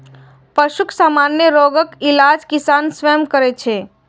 पशुक सामान्य रोगक इलाज किसान स्वयं करै छै